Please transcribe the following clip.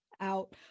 out